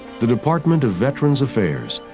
the department of veterans affairs,